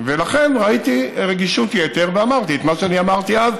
ולכן ראיתי רגישות יתר ואמרתי את מה שאני אמרתי אז.